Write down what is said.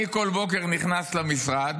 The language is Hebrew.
אני בכל בוקר נכנס למשרד,